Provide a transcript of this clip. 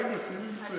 רגע, תני לי לסיים.